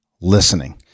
listening